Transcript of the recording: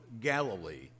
Galilee